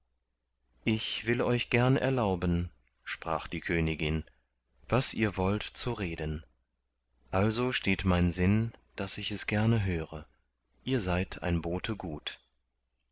ich will euch gern erlauben sprach die königin was ihr wollt zu reden also steht mein sinn daß ich es gerne höre ihr seid ein bote gut